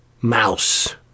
mouse